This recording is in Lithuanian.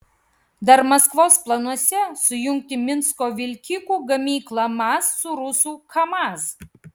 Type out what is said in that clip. dar maskvos planuose sujungti minsko vilkikų gamyklą maz su rusų kamaz